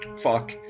fuck